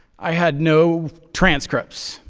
i had no transcripts.